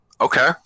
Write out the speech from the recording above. Okay